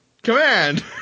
Command